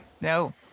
No